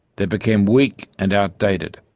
they became weak and outdated,